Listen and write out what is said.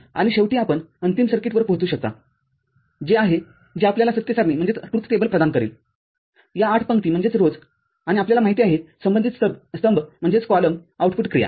आणि शेवटी आपण अंतिम सर्किटवर पोहोचू शकता जे आहे जे आपल्याला सत्य सारणीप्रदान करेल या आठ पंक्ती आणि आपल्याला माहिती आहेसंबंधित स्तंभ आउटपुट क्रिया